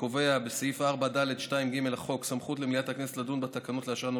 סעיף 4(ד)(2)(ג) לחוק קובע סמכות למליאת הכנסת לדון בתקנות ולאשרן